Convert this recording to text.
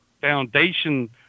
foundation